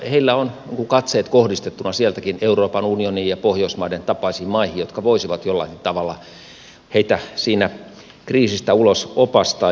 heillä on katseet kohdistettuna sieltäkin euroopan unioniin ja pohjoismaiden tapaisiin maihin jotka voisivat jollakin tavalla heitä siitä kriisistä ulos opastaa